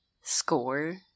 score